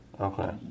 okay